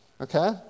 Okay